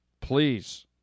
please